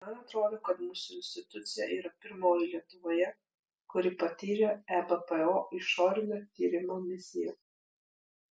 man atrodo kad mūsų institucija yra pirmoji lietuvoje kuri patyrė ebpo išorinio tyrimo misiją